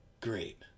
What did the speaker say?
Great